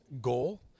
goal